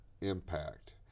impact